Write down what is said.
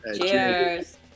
cheers